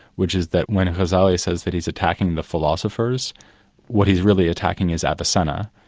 which is that, when ghazali says that he's attacking the philosophers what he's really attacking is avicenna,